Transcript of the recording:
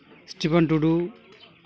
Stephen Tudu